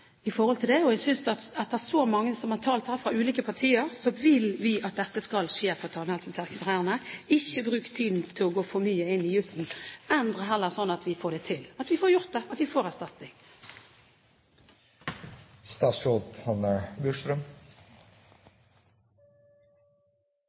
i forhold til loven. Jeg mener, etter så mange som har talt her fra ulike partier, at vi vil at dette skal skje for tannhelsesekretærene. Ikke bruk tiden til å gå for mye inn i jusen, endre det heller slik at vi får det til, at vi får gjort det, og at de får erstatning.